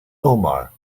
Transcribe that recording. omar